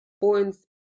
points